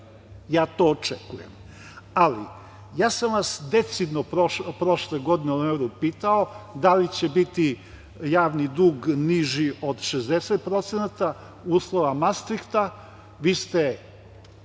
Ja to očekujem. Ali, ja sam vas decidno prošle godine ovde upitao da li će biti javni dug niži od 60% uslova Mastrihta, vi ste